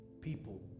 people